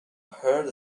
heard